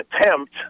attempt